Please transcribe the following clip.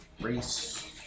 Race